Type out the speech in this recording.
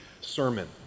sermon